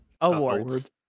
awards